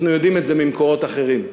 אנחנו יודעים את זה ממקורות אחרים.